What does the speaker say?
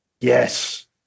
Yes